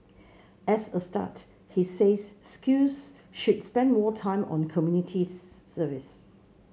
as a start he says schools should spend more time on community service